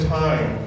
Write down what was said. time